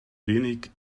wenig